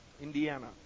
Indiana